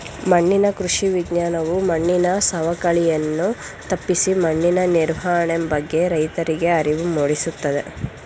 ಮಣ್ಣಿನ ಕೃಷಿ ವಿಜ್ಞಾನವು ಮಣ್ಣಿನ ಸವಕಳಿಯನ್ನು ತಪ್ಪಿಸಿ ಮಣ್ಣಿನ ನಿರ್ವಹಣೆ ಬಗ್ಗೆ ರೈತರಿಗೆ ಅರಿವು ಮೂಡಿಸುತ್ತದೆ